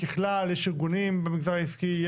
ככלל, יש ארגונים במגזר העסקי.